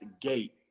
gate